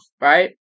right